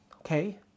Okay